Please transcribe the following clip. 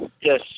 Yes